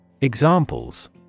Examples